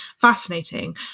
fascinating